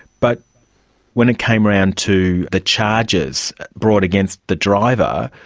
but when it came around to the charges brought against the driver,